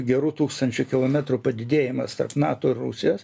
geru tūkstančių kilometrų padidėjimas tarp nato ir rusijos